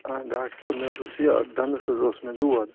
آ ڈاکٹر صٲب مےٚ حظ اوس یہِ دَنٛدَس حظ اوس مےٚ دود